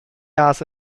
has